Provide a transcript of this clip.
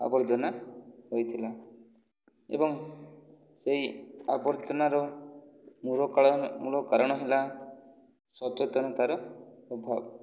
ଆବର୍ଜନା ହୋଇଥିଲା ଏବଂ ସେଇ ଆବର୍ଜନାର ମୂଳ କାରଣ ହେଲା ସଚେତନତାର ଅଭାବ